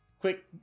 Quick